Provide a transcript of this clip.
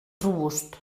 robust